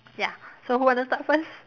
ya so who want to start first